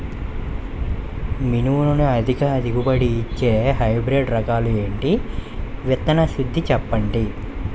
మినుములు అధిక దిగుబడి ఇచ్చే హైబ్రిడ్ రకాలు ఏంటి? విత్తన శుద్ధి చెప్పండి?